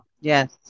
Yes